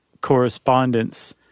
correspondence